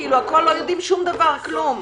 לא יודעים שום דבר, כלום.